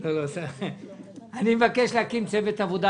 אני מבקש להקים צוות עבודה,